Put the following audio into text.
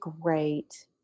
great